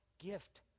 gift